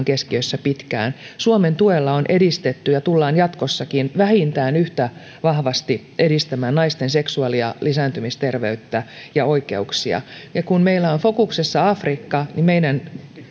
keskiössä pitkään suomen tuella on edistetty ja tullaan jatkossakin vähintään yhtä vahvasti edistämään naisten seksuaali ja lisääntymisterveyttä ja oikeuksia ja kun meillä on fokuksessa afrikka niin meidän